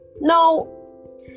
No